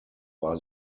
war